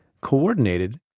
coordinated